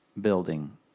building